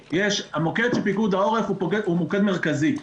המוקד של פיקוד העורף הוא מוקד מרכזי.